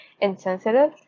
insensitive